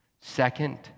Second